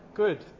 good